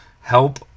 help